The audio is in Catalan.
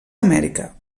amèrica